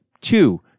two